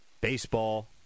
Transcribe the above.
baseball